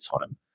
time